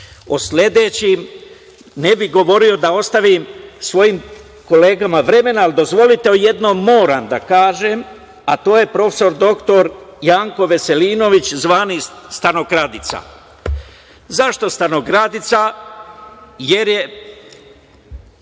sledećim ne bi govorio da ostavim svojim kolegama vremena, ali dozvolite o jednom moram da kažem, a to je prof. dr Janko Veselinović, zvani stanokradica. Zašto stanokradica? Jer je